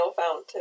fountain